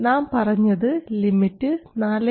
നാം പറഞ്ഞത് ലിമിറ്റ് 4